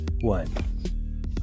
one